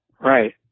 Right